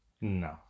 No